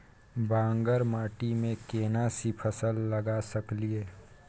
बांगर माटी में केना सी फल लगा सकलिए?